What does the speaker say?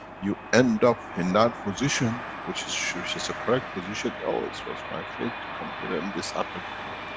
you end up in that position which is. which is a correct position, oh, this was my fate to come here and this happened to me.